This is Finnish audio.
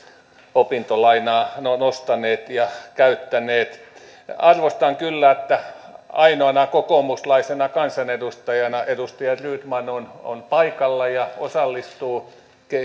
opintolainaa nostaneet ja käyttäneet arvostan kyllä että ainoana kokoomuslaisena kansanedustajana edustaja rydman on on paikalla ja osallistuu